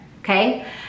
okay